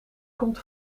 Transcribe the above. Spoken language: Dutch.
komt